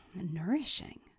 nourishing